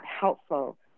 helpful